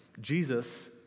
Jesus